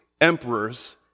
emperors